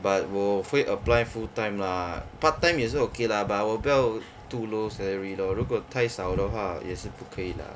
but 我会 apply full time lah part time 也是 okay lah but 我不要 too low salary lor 如果太少的话也是不可以 lah